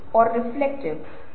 तो यह पहला चरण ओरिएंटेशन है